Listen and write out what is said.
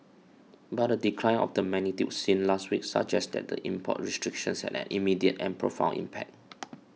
but a decline of the magnitude seen last week suggests that the import restrictions had an immediate and profound impact